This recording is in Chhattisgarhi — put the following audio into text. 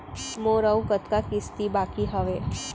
मोर अऊ कतका किसती बाकी हवय?